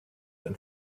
than